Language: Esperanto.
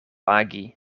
agi